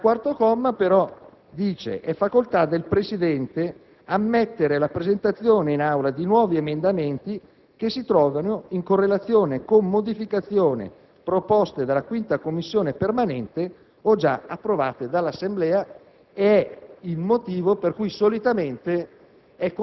4 tuttavia afferma: «È facoltà del Presidente ammettere la presentazione in Aula di nuovi emendamenti che si trovino in correlazione con modificazioni proposte dalla 5ª Commissione permanente o già approvate dall'Assemblea», ed è questo il motivo per cui solitamente